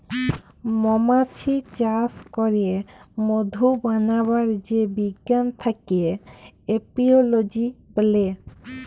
মমাছি চাস ক্যরে মধু বানাবার যে বিজ্ঞান থাক্যে এপিওলোজি ব্যলে